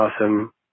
awesome